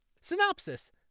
Synopsis